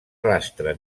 rastre